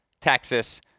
Texas